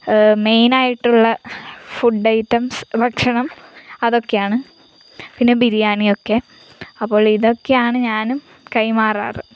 main ആയിട്ടുള്ള food items ഭക്ഷണം അതൊക്കെയാണ് പിന്നെ ബിരിയാണിയൊക്കെ അപ്പോൾ ഇതൊക്കെയാണ് ഞാനും കൈമാറാറ്